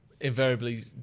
invariably